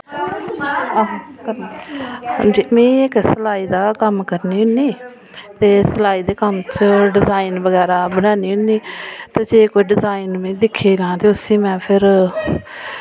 में इक सलाई दा कम्म करनी होन्नी ते सलाई दे कम्म च डिजाइन बगैरा बनान्नी होन्नी ते जे कोई डिजाइन में दिक्खी लैं ते उस्सी में फिर